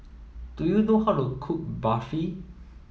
do you know how to cook Barfi